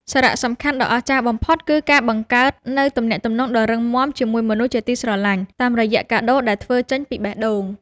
សារៈសំខាន់ដ៏អស្ចារ្យបំផុតគឺការបង្កើតនូវទំនាក់ទំនងដ៏រឹងមាំជាមួយមនុស្សជាទីស្រឡាញ់ តាមរយៈកាដូដែលធ្វើចេញពីបេះដូង។